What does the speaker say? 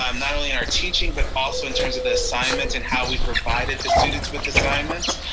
um not only in our teaching, but also in terms of the assignments and how we provided the students with assignments.